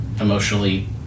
emotionally